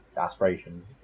aspirations